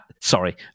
sorry